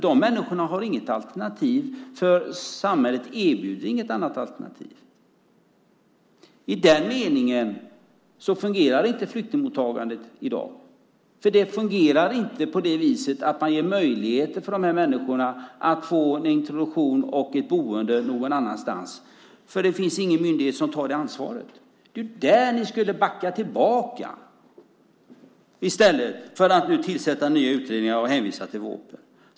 De människorna har inget alternativ, för samhället erbjuder inget annat alternativ. I den meningen fungerar inte flyktingmottagandet i dag. Det fungerar inte på det viset att man ger möjligheter för de här människorna att få introduktion och boende någon annanstans, för det finns ingen myndighet som tar det ansvaret. Det är ju där ni borde backa tillbaka i stället för att nu tillsätta nya utredningar och hänvisa till vårpropositionen.